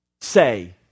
say